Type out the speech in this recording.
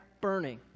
burning